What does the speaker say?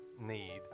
need